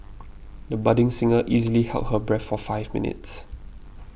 the budding singer easily held her breath for five minutes